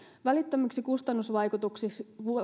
välittömiksi kustannusvaikutuksiksi